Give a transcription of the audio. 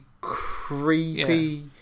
creepy